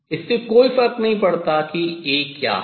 इससे कोई फर्क नहीं पड़ता कि A क्या है